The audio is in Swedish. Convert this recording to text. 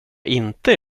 inte